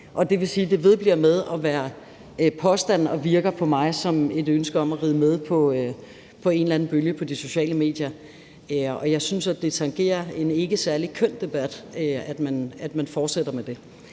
det vedbliver med at være påstande og virker på mig som et ønske om at ride med på en eller anden bølge på de sociale medier. Jeg synes, at det tangerer en ikke særlig køn debat, at man fortsætter med det.